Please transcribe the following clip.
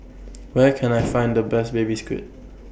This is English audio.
Where Can I Find The Best Baby Squid